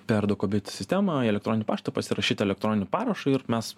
per dokobit sistemą į elektroninį paštą pasirašyt elektroniniu parašu ir mes